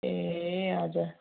ए हजुर